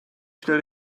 schnell